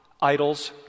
idols